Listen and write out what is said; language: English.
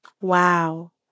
Wow